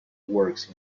works